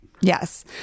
Yes